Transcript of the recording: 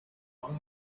among